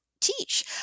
teach